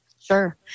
Sure